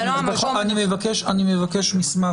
זה לא --- אני מבקש מסמך,